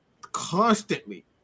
constantly